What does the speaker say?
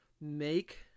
Make